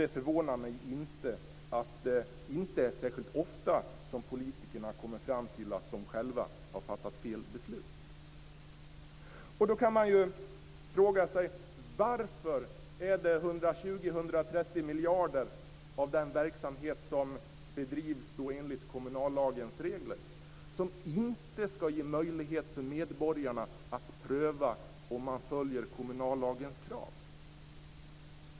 Det förvånar mig inte att det inte är särskilt ofta som politikerna kommer fram till att de själva har fattat fel beslut. Då kan man fråga sig: Varför skall verksamhet som kostar 120-130 miljarder och som bedrivs enligt kommunallagens regler inte ge möjlighet för medborgarna att pröva om kommunallagens krav följs?